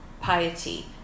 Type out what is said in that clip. piety